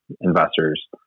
Investors